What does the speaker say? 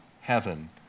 heaven